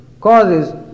causes